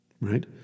right